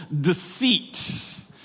deceit